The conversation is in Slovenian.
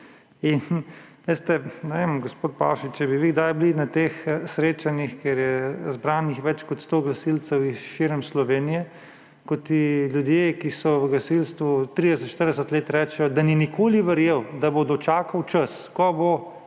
Ne vem, gospod Pavšič, če bi vi kdaj bili na teh srečanjih, kjer je zbranih več kot 100 gasilcev širom Slovenije, ko ti ljudje, ki so v gasilstvu 30, 40 let rečejo, da niso nikoli verjeli, da bodo dočakali čas, ko bo